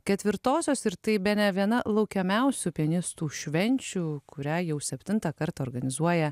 ketvirtosios ir tai bene viena laukiamiausių pianistų švenčių kurią jau septintą kartą organizuoja